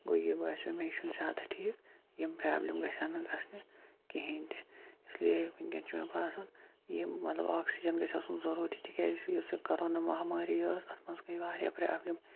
گوٚو یہِ باسیو مےٚ یہِ چھُنہٕ زیادٕ ٹھیٖک یِم پرابلِم گَژھَن نہٕ گَژھنہٕ کِہیٖنۍ تہِ اِسلیے وٕنکٮ۪ن چھُ مےٚ باسان یِم مَطلَب آکسِجَن گَژھِ آسُن ضروٗری تکیازِ یُس یہِ کوٚرونا ماہَمٲری ٲس اَتھ مَنٛز گٔے واریاہ پرابلِم